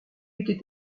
eût